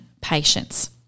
patience